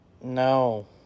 No